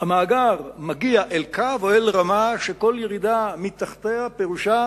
המאגר מגיע אל קו או אל רמה שכל ירידה מתחתיה פירושה